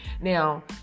now